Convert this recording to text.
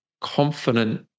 confident